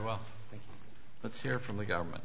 well let's hear from the government